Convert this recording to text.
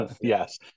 Yes